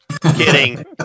kidding